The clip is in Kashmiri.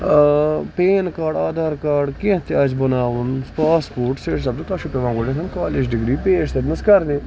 پین کاڈ آدھار کاڈ کیںٛہہ تہِ آسہِ بَناوُن پاسپوٹ سٹیٹ سبجکٹ تَتھ چھُ پیوان گۄڈٕنیتھ کالیج ڈگری پیش تَتہِ نیس پیش کَرِنہِ